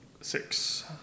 Six